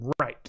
right